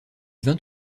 vingt